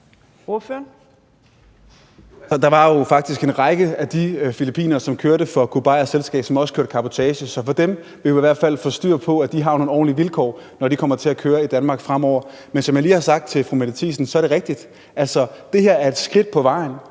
faktisk en række af de filippinere, der kørte for Kurt Beiers selskab, som også kørte cabotage. Så for dem vil vi jo i hvert fald få styr på, at de har nogle ordentlige vilkår, når de kommer til at køre i Danmark fremover. Men som jeg lige har sagt til fru Mette Thiesen, er det rigtigt, at det her altså er et skridt på vejen,